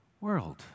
world